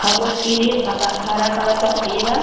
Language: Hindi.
हमको किरीम हरा हरा कलर का चाहिएगा